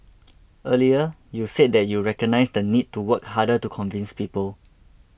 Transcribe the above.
earlier you said that you recognise the need to work harder to convince people